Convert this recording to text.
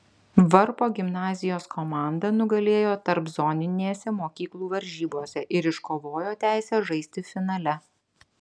varpo gimnazijos komanda nugalėjo tarpzoninėse mokyklų varžybose ir iškovojo teisę žaisti finale